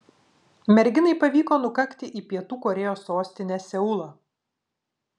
merginai pavyko nukakti į pietų korėjos sostinę seulą